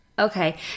Okay